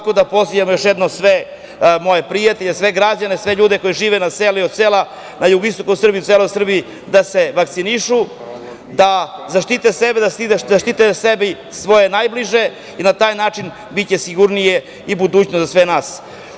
Još jednom, pozivam sve moje prijatelje, sve građane, sve ljude koji žive na selu i od sela na jugoistoku Srbije i u celoj Srbiji, da se vakcinišu, da zaštite sebe, da zaštite sebi svoje najbliže i na taj način biće sigurnija budućnost za sve nas.